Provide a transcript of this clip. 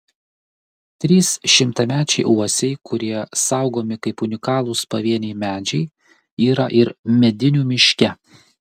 trys šimtamečiai uosiai kurie saugomi kaip unikalūs pavieniai medžiai yra ir medinių miške